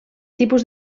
tipus